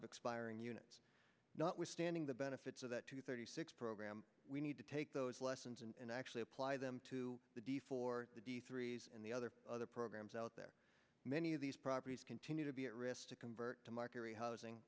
of expiring units notwithstanding the benefits of that to thirty six program we need to take those lessons and actually apply them to the deed for threes and the other other programs out there many of these properties continue to be at risk to convert to market a housing